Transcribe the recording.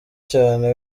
cyane